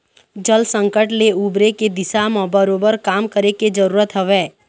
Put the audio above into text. जल संकट ले उबरे के दिशा म बरोबर काम करे के जरुरत हवय